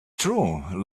true